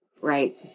Right